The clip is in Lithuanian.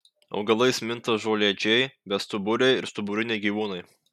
augalais minta žolėdžiai bestuburiai ir stuburiniai gyvūnai